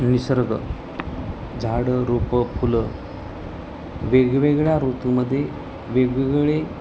निसर्ग झाडं रोपं फुलं वेगवेगळ्या ऋतूमध्ये वेगवेगळे